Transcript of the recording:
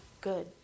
good